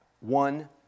one